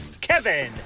Kevin